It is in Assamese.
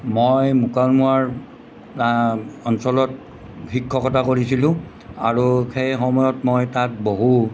মই মুকালমোৱাৰ অঞ্চলত শিক্ষকতা কৰিছিলোঁ আৰু সেই সময়ত মই তাত বহু